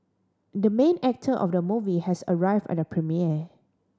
the main actor of the movie has arrived at the premiere